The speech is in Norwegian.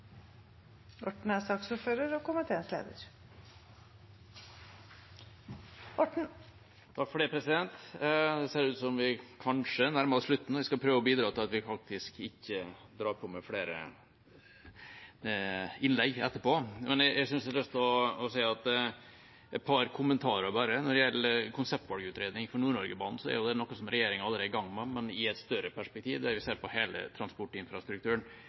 Det ser ut som vi kanskje nærmer oss slutten. Jeg skal prøve å bidra til at jeg faktisk ikke drar på meg flere innlegg etterpå, men jeg har bare et par kommentarer. Når det gjelder konseptvalgutredning for Nord-Norge-banen, er det noe regjeringen allerede er i gang med, men i et større perspektiv, der vi ser på hele transportinfrastrukturen.